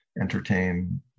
entertain